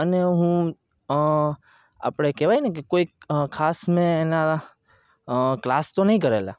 અને હું આપણે કહેવાય ને કે કોઈક ખાસ મેં એના ક્લાસ તો નહીં કરેલા